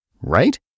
right